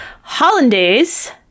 Hollandaise